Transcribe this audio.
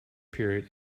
period